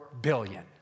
billion